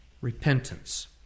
repentance